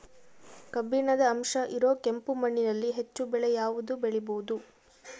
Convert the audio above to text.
ಕಬ್ಬಿಣದ ಅಂಶ ಇರೋ ಕೆಂಪು ಮಣ್ಣಿನಲ್ಲಿ ಹೆಚ್ಚು ಬೆಳೆ ಯಾವುದು ಬೆಳಿಬೋದು?